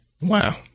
Wow